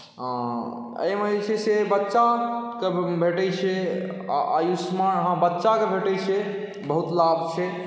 एहिमे जे छै से बच्चाकेँ भेटैत छै आयुष्मान अहाँक बच्चाकेँ भेटैत छै बहुत लाभ छै